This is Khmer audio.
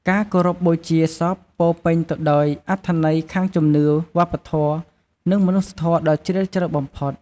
ការគោរពបូជាសពពោរពេញទៅដោយអត្ថន័យខាងជំនឿ វប្បធម៌ និងមនុស្សធម៌ដ៏ជ្រាលជ្រៅបំផុត។